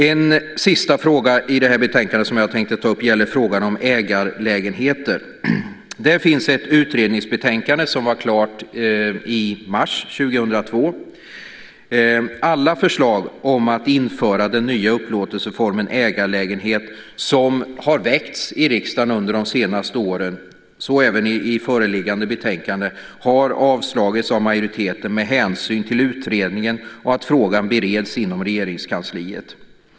En sista fråga som jag vill ta upp i det här betänkandet gäller ägarlägenheter. Det finns ett utredningsbetänkande som var klart i mars 2002. Alla förslag om att införa den nya upplåtelseformen ägarlägenhet, som har väckts i riksdagen under de senaste åren och även i föreliggande betänkande, har avslagits av majoriteten med hänsyn till utredningen och att frågan bereds inom Regeringskansliet.